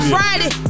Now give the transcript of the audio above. Friday